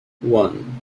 one